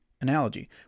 analogy